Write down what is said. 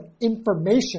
information